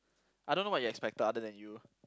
I don't know what you expected other than you